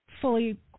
Fully